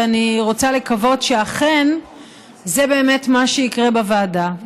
ואני רוצה לקוות שאכן זה באמת מה שיקרה בוועדה,